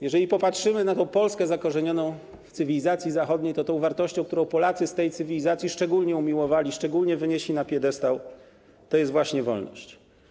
Jeżeli popatrzymy na tę Polskę zakorzenioną w cywilizacji zachodniej, to tą wartością, którą Polacy z tej cywilizacji szczególnie umiłowali, szczególnie wynieśli na piedestał, jest właśnie wolność.